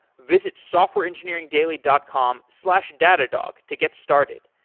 visit softwarengineeringdaily dot com slash datadog to get started.